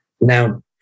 Now